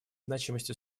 значимости